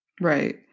Right